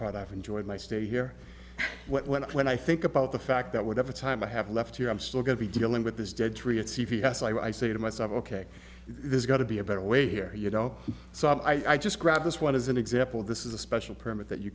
part i've enjoyed my stay here when i when i think about the fact that whatever time i have left here i'm still going to be dealing with this dead tree at c v s so i say to myself ok there's got to be a better way here you know so i just grabbed this one as an example this is a special permit